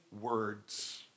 words